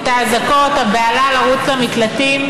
את האזעקות, הבהלה, לרוץ למקלטים.